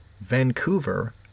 vancouver